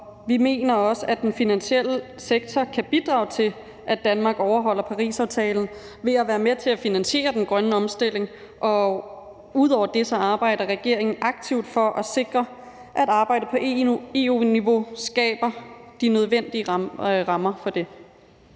vi mener også, at den finansielle sektor kan bidrage til, at Danmark overholder Parisaftalen, ved at være med til at finansiere den grønne omstilling. Ud over det arbejder regeringen aktivt for at sikre, at arbejdet på EU-niveau skaber de nødvendige rammer for det.